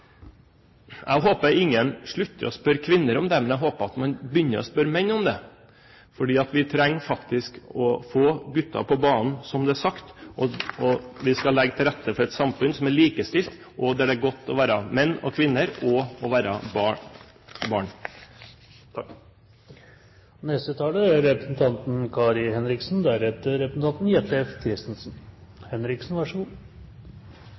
Jeg håper ingen slutter å spørre kvinner om det, men jeg håper at man begynner å spørre menn om det, for vi trenger faktisk å få gutter på banen, som det er blitt sagt, og vi skal legge til rette for et samfunn som er likestilt og der det er godt å være menn, kvinner og barn. Først takk